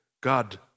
God